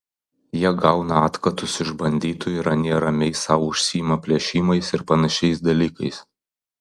jie gauna atkatus iš banditų ir anie ramiai sau užsiima plėšimais ir panašiais dalykais